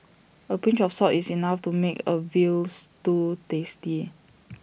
A pinch of salt is enough to make A Veal Stew tasty